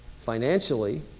financially